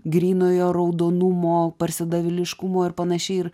grynojo raudonumo parsidavėliškumo ir panašiai ir